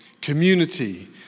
community